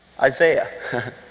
Isaiah